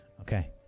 Okay